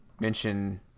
mention